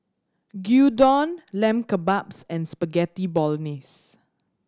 Gyudon Lamb Kebabs and Spaghetti Bolognese